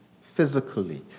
physically